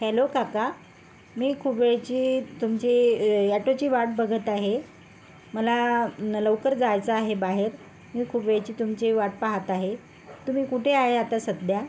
hello काका मी खूप वेळची तुमची ॲटोची वाट बघत आहे मला न लवकर जायचं आहे बाहेर मी खूप वेळची तुमची वाट पाहात आहे तुम्ही कुठे आहे आता सध्या